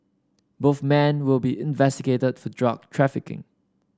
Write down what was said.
both men will be investigated for drug trafficking